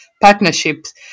partnerships